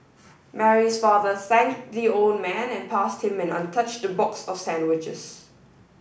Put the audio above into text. Mary's father thanked the old man and passed him an untouched box of sandwiches